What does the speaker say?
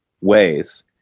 ways